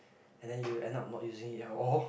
and then you end up not using it at all